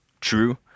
true